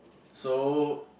so